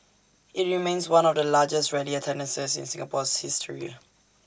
IT remains one of the largest rally attendances in Singapore's history